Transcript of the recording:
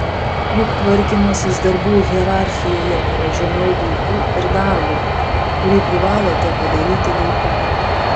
juk tvarkymasis darbų hierarchijoje yra žemiau vaikų ir darbo kurį privalote padaryti laiku